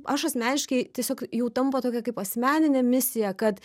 aš asmeniškai tiesiog jau tampa tokia kaip asmeninė misija kad